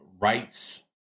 rights